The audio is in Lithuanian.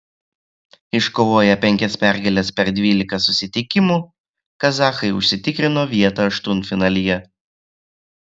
iškovoję penkias pergales per dvylika susitikimų kazachai užsitikrino vietą aštuntfinalyje